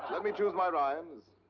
let me choose my rhymes.